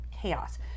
chaos